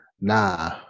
nah